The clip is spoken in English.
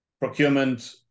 procurement